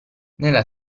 nella